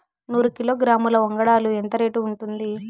నూరు కిలోగ్రాముల వంగడాలు ఎంత రేటు ఉంటుంది?